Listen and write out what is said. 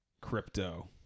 crypto